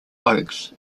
oaks